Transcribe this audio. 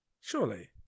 Surely